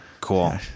Cool